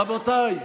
רבותיי,